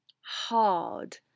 hard